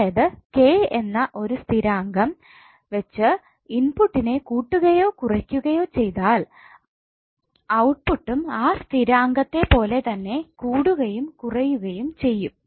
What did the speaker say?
അതായത് K എന്നാ ഒരു സ്ഥിരാങ്കം വെച്ച് ഇൻപുട്ടിനെ കൂട്ടുകയോ കുറയ്ക്കുകയോ ചെയ്താൽ ഔട്ടുംപുട്ടും ആ സ്ഥിരാങ്കത്തെ പോലെ തന്നെ തന്നെ കൂടുകയും കുറയുകയും ചെയ്യും